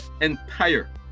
entire